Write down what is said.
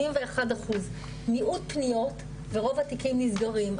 מיעוט פניות ורוב התיקים נסגרים,